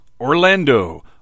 Orlando